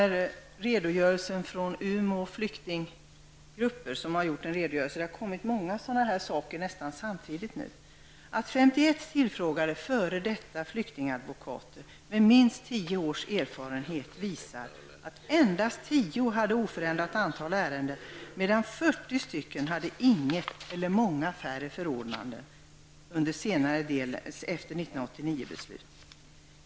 Umeå flyktinggrupper har gjort en redogörelse -- det har kommit många sådana nästan samtidigt -- där man säger: Av 51 tillfrågade f.d. flyktingadvokater med minst tio års erfarenhet hade endast 10 oförändrat antal ärenden, medan 40 hade inget eller många färre förordnanden under senare delen av 1989.